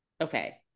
Okay